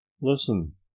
listen